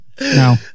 No